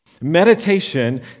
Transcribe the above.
Meditation